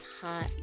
hot